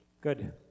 Good